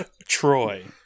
Troy